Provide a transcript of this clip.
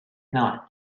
not